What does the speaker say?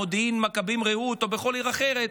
מודיעין מכבים-רעות או כל עיר אחרת